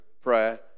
prayer